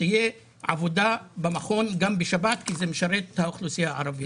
תהיה עבודה במכון גם בשבת כי זה משרת את האוכלוסייה הערבית.